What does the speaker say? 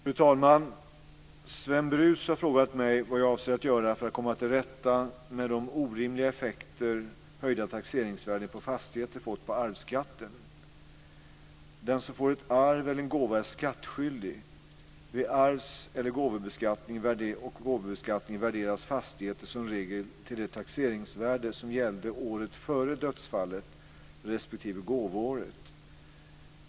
Fru talman! Sven Brus har frågat mig vad jag avser att göra för att komma till rätta med de orimliga effekter höjda taxeringsvärden på fastigheter fått på arvsskatten. Den som får ett arv eller en gåva är skattskyldig. Vid arvs och gåvobeskattningen värderas fastigheter som huvudregel till det taxeringsvärde som gällde året före dödsfallet respektive gåvoåret.